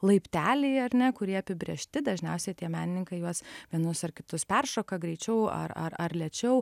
laipteliai ar ne kurie apibrėžti dažniausiai tie menininkai juos vienus ar kitus peršoka greičiau ar ar ar lėčiau